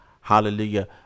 hallelujah